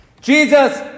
Jesus